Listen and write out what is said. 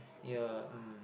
ya mm